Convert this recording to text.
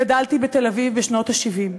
גדלתי בתל-אביב בשנות ה-70.